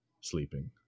sleeping